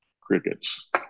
crickets